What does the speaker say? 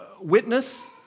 witness